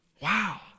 Wow